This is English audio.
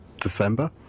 December